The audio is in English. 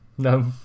No